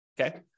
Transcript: okay